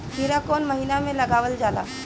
खीरा कौन महीना में लगावल जाला?